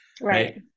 Right